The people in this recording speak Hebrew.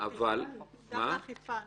גם באכיפה נדרש.